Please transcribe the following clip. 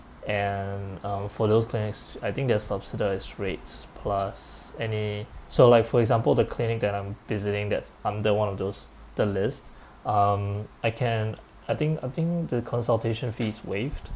and um for those clinics I think they are subsidised rates plus any so like for example the clinic that I'm visiting that's under one of those the list um I can I think I think the consultation fees waived